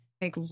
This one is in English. make